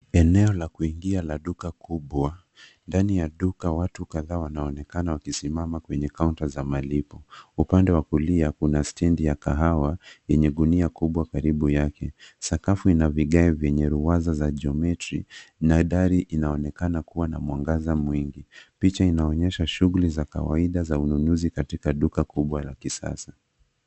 Eneo la kuingia la duka kubwa, ndani ya duka watu kadhaa wanaonekana wakisimama kwenye counter za malipo. Upande wa kulia kuna stendi ya kahawa, yenye gunia kubwa karibu yake. Sakafu ina vigae venye ruwaza za geometry , na dari inaonekana kuwa na mwangaza mwingi. Picha inaonyesha shughuli za kawaida za ununuzi katika duka kubwa la kisasa.